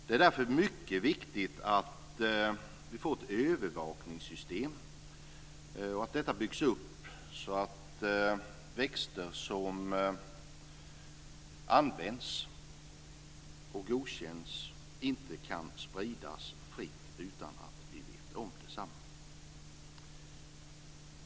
Det är därför mycket viktigt att vi får ett övervakningssystem och att detta byggs upp så att växter som används och godkänns inte kan spridas fritt utan att vi vet om detsamma.